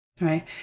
right